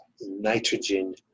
nitrogen